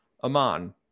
aman